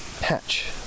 patch